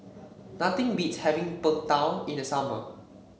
nothing beats having Png Tao in the summer